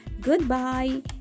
goodbye